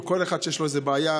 וכל אחד יש לו איזו בעיה,